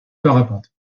parapente